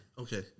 Okay